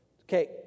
Okay